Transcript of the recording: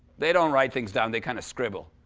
they don't write things down they kind of scribble.